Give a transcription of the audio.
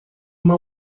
uma